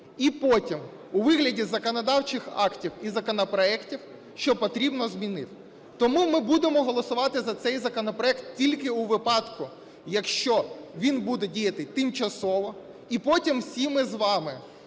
і потім у вигляді законодавчих актів і законопроектів, що потрібно, змінити. Тому ми будемо голосувати за цей законопроект тільки у випадку, якщо він буде діяти тимчасово, і потім всі ми з вами